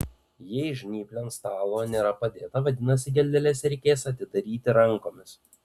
jei žnyplių ant stalo nėra padėta vadinasi geldeles reikės atidaryti rankomis